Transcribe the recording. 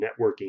networking